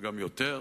וגם יותר.